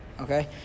Okay